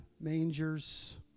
mangers